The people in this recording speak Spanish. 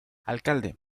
alcalde